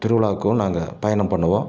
திருவிழாக்கும் நாங்கள் பயணம் பண்ணுவோம்